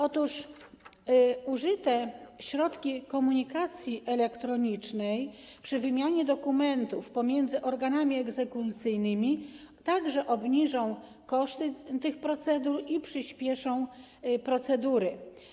Otóż użyte środki komunikacji elektronicznej przy wymianie dokumentów pomiędzy organami egzekucyjnymi także obniżą koszty tych procedur i przyspieszą procedury.